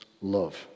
love